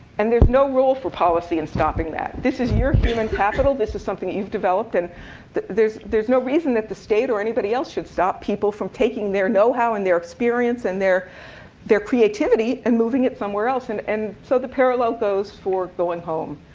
and there's no rule for policy in stopping that. this is your human capital. this is something that you've developed. and there's there's no reason that the state or anybody else should stop people from taking their know-how and their experience and their their creativity and moving it somewhere else. and and so the parallel goes for going home.